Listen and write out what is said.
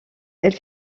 elle